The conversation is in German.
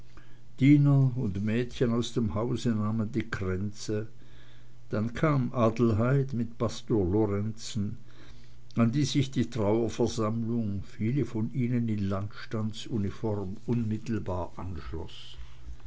und mädchen aus dem hause nahmen die kränze dann kam adelheid mit pastor lorenzen an die sich die trauerversammlung viele von ihnen in landstandsuniform unmittelbar anschloß